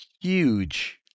huge